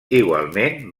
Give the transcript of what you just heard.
igualment